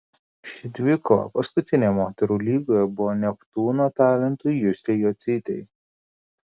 ši dvikova paskutinė moterų lygoje buvo neptūno talentui justei jocytei